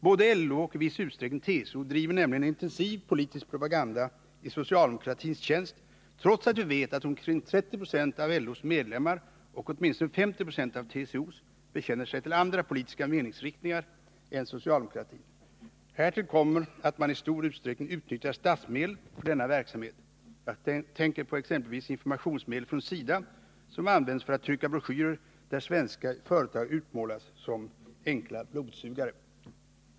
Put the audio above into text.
Både LO och i viss utsträckning TCO driver nämligen en intensiv politisk propaganda i socialdemokratins tjänst, trots att vi vet att omkring 30 26 av LO:s medlemmar och åtminstone 50 96 av TCO:s bekänner sig till andra politiska meningsriktningar än socialdemokratin. Härtill kommer att man i stor utsträckning utnyttjar statsmedel för denna verksamhet. Jag tänker exempelvis på informationsmedel från SIDA som används för att trycka broschyrer där svenska företag utmålas som blodsugare.